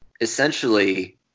essentially